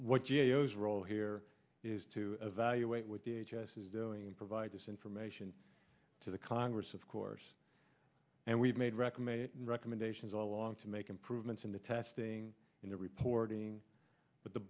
is role here is to evaluate what the h s is doing and provide this information to the congress of course and we've made recommended recommendations all along to make improvements in the testing and the reporting but the